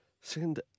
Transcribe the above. Send